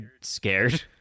scared